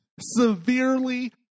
severely